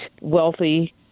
wealthy